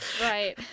Right